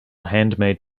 handmade